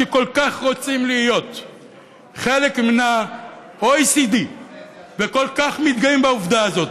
שכל כך רוצים להיות חלק מן ה-OECD וכל כך מתגאים בעובדה הזאת,